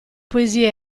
poesia